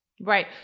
right